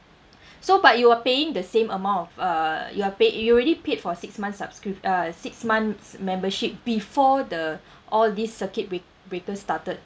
so but you're paying the same amount of uh you're paid you already paid for six months subscrip~ uh six months membership before the all this circuit bre~ breaker started